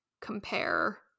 compare